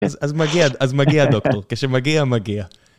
אז מגיעה דוקטור, כשמגיע מגיע.